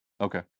Okay